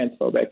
transphobic